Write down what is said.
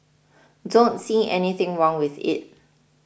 don't see anything wrong with it